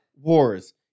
Wars